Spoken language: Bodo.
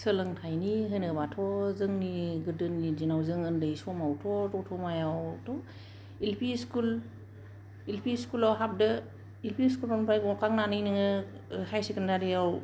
सोलोंथाइनि होनोबाथ' जोंनि गोदोनि दिनाव जों उन्दै समावथ' दतमायावथ' इलपि स्कुल इलपि स्कुलाव हाबदो इलपि स्कुलनिफ्राय गखांनानै नोङो हायेर सेकेन्डारि आव